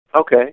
Okay